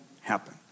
happen